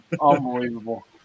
Unbelievable